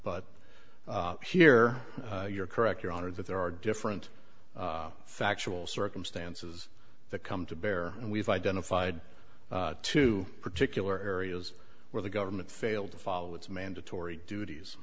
but here you're correct your honor that there are different factual circumstances that come to bear and we've identified two particular areas where the government failed to follow its mandatory duties